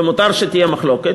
ומותר שתהיה מחלוקת,